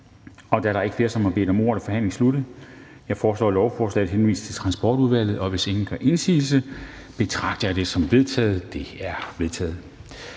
Da der ikke er flere, som har bedt om ordet, er forhandlingen sluttet. Jeg foreslår, at lovforslaget henvises til Transportudvalget, og hvis ingen gør indsigelse, betragter jeg det som vedtaget. Det er vedtaget.